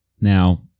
Now